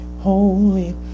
holy